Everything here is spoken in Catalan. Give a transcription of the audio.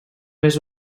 més